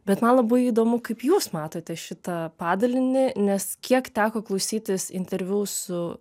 bet man labai įdomu kaip jūs matote šitą padalinį nes kiek teko klausytis interviu su